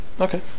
Okay